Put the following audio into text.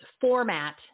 format